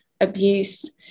abuse